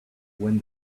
when